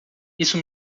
isso